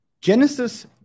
Genesis